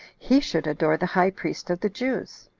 he should adore the high priest of the jews?